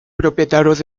propietarios